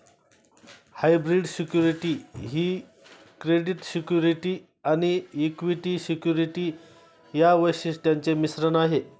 hybrid security ही credit security आणि equity security या वैशिष्ट्यांचे मिश्रण आहे